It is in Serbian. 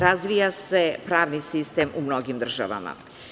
Razvija se pravni sistem u mnogim državama.